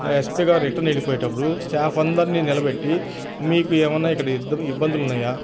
ఆ ఎస్పీగా రిటర్న్ వెళ్ళిపోయేటప్పుడు స్టాఫ్ అందరినీ నిలబెట్టి మీకు ఏమయినా ఇక్కడ ఇబ్బ ఇబ్బందులున్నాయా